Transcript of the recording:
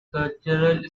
cultural